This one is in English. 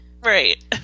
Right